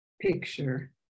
picture